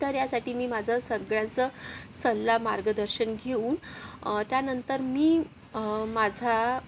तर यासाठी मी माझ सगळ्यांचं सल्ला मार्गदर्शन घेऊन त्या नंतर मी माझा